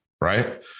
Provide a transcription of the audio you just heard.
right